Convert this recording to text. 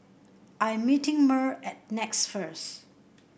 I am meeting Merl at Nex first